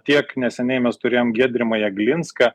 tiek neseniai mes turėjom giedrimą jeglinską